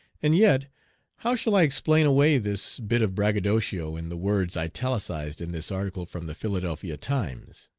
and yet how shall i explain away this bit of braggadocio in the words italicized in this article from the philadelphia times?